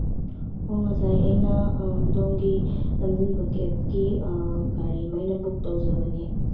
ꯑꯣ ꯉꯁꯥꯏ ꯑꯩꯅ ꯑꯗꯣꯝꯒꯤ ꯂꯝꯖꯤꯡꯕ ꯀꯦꯕꯀꯤ ꯒꯥꯔꯤ ꯑꯃ ꯑꯩꯅ ꯕꯨꯛ ꯇꯧꯖꯕꯅꯦ